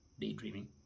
daydreaming